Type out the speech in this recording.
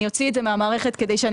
אני אוציא את זה מהמערכת כדי שאני